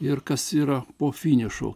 ir kas yra po finišo